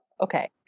okay